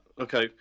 Okay